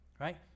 right